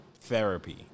therapy